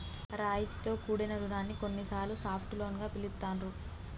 రాయితీతో కూడిన రుణాన్ని కొన్నిసార్లు సాఫ్ట్ లోన్ గా పిలుత్తాండ్రు